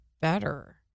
better